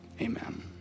amen